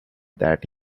that